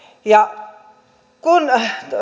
ja kun